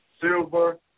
silver